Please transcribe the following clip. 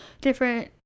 different